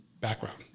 background